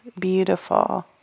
beautiful